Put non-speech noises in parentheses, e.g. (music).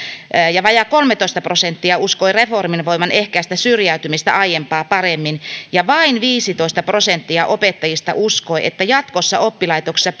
ja vajaa kolmetoista prosenttia uskoi reformin voivan ehkäistä syrjäytymistä aiempaa paremmin ja vain viisitoista prosenttia opettajista uskoi että jatkossa oppilaitoksissa (unintelligible)